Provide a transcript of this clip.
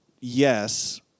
yes